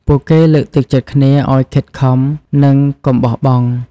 ពួកគេលើកទឹកចិត្តគ្នាឲ្យខិតខំ និងកុំបោះបង់។